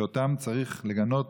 שאותם צריך לגנות,